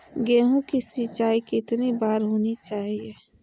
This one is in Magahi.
गेहु की सिंचाई कितनी बार होनी चाहिए?